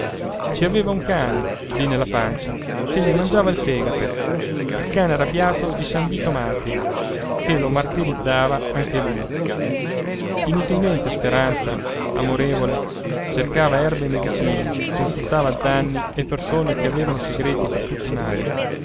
ci aveva un cane lì nella pancia che gli mangiava il fegato il cane arrabbiato di san vito martire che lo martirizzava anche lui inutilmente speranza amorevole cercava erbe e medicine consultava zanni e persone che avevano segreti per tutti i mali